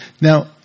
Now